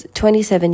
27